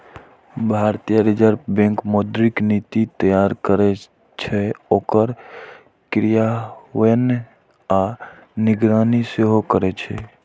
भारतीय reserve bank मौद्रिक नीति तैयार करै छै, ओकर क्रियान्वयन आ निगरानी सेहो करै छै